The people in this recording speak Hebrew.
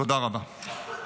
תודה רבה.